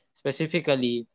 specifically